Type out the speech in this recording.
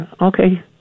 Okay